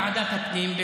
הוא הגיע לוועדת הפנים.